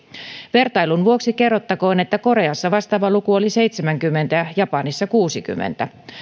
vertailun vuoksi kerrottakoon että koreassa vastaava luku oli seitsemänkymmentä ja japanissa kuudennenkymmenennen